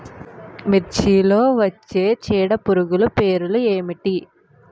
మిర్చిలో వచ్చే చీడపురుగులు పేర్లు ఏమిటి?